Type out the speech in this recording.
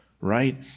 Right